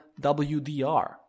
WDR